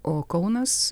o kaunas